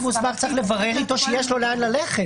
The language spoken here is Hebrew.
הנציג המוסמך צריך לברר איתו שיש לו לאן ללכת.